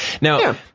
Now